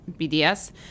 BDS